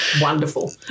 Wonderful